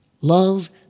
Love